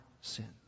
sin